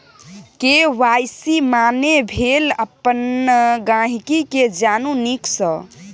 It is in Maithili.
के.वाइ.सी माने भेल अपन गांहिकी केँ जानु नीक सँ